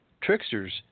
tricksters